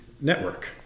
Network